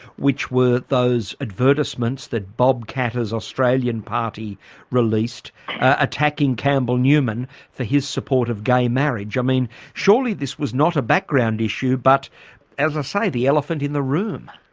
which were those advertisements that bob katter's australian party released attacking campbell newman for his support of gay marriage? i mean, surely this was not a background issue, but as i ah say, the elephant in the room?